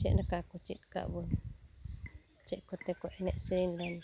ᱪᱮᱫᱞᱮᱠᱟ ᱠᱚ ᱪᱮᱫᱠᱟᱜᱵᱚ ᱪᱮᱫ ᱠᱚᱛᱮ ᱠᱚ ᱮᱱᱮᱡ ᱥᱮᱨᱮᱧᱞᱮᱱ